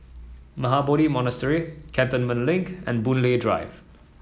Mahabodhi Monastery Cantonment Link and Boon Lay Drive